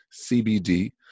CBD